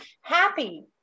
happy